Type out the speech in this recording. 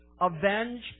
avenge